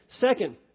Second